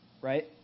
right